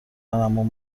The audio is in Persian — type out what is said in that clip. عمو